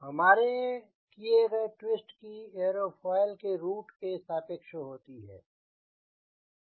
हमारे किए गए ट्विस्ट की एयरोफॉयल के रूट के सापेक्ष होती है